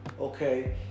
okay